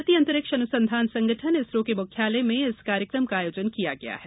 भारतीय अंतरिक्ष अनुसंधान संगठन इसरो के मुख्यालय में इस कार्यक्रम का आयोजन किया गया है